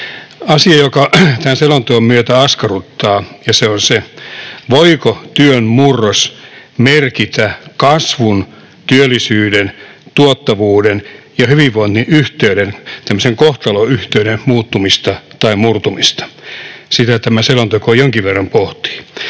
Asia, joka tämän selonteon myötä askarruttaa, on se, voiko työn murros merkitä kasvun, työllisyyden, tuottavuuden ja hyvinvoinnin yhteyden, tämmöisen kohtalonyhteyden, muuttumista tai murtumista. Sitä tämä selonteko jonkin verran pohtii.